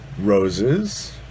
Roses